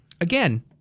Again